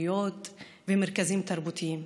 ספריות ומרכזים תרבותיים,